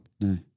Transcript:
No